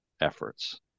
efforts